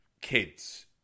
kids